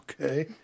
Okay